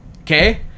okay